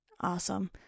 Awesome